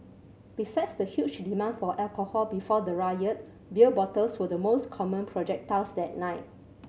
besides the huge demand for alcohol before the riot beer bottles were the most common projectiles that night